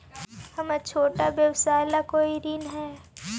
हमर छोटा व्यवसाय ला कोई ऋण हई?